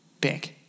big